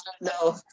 No